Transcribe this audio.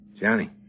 Johnny